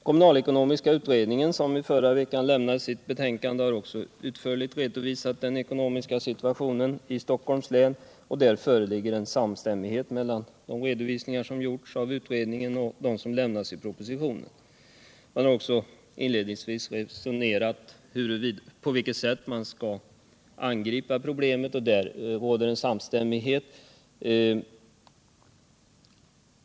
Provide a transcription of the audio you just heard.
Kommunalekonomiska utredningen, som i förra veckan lämnade sitt betänkande, har också utförligt redovisat den ekonomiska situationen i Stockholms län, och där föreligger en samstämmighet mellan de redovisningar som gjorts av utredningen och de redovisningar som lämnats i propositionen. Man har också inledningsvis resonerat om på vilket sätt man skall angripa problemet, och även där råder en samstämmighet.